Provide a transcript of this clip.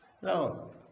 Hello